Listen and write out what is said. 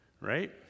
right